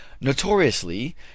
Notoriously